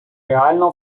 реально